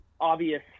obvious